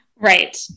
Right